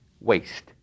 Waste